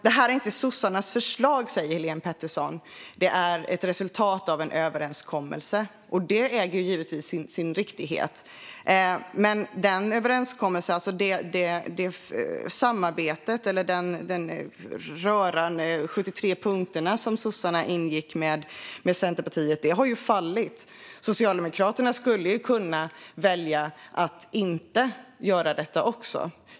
Det här är inte sossarnas förslag, säger Helén Pettersson. Det är ett resultat av en överenskommelse. Det äger givetvis sin riktighet. Men det samarbete och den röra med de 73 punkterna som sossarna ingick med Centerpartiet har ju fallit. Socialdemokraterna skulle kunna välja att inte göra detta.